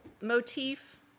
motif